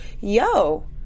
yo